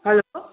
hello